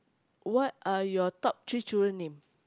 what are your top three children name